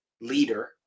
leader